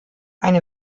eine